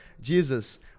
Jesus